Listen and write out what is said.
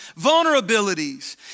vulnerabilities